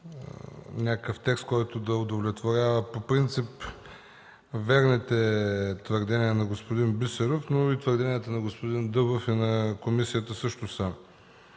някакъв текст, който да удовлетворява по принцип верните твърдения на господин Бисеров. Твърденията на господин Дъбов и на комисията също имат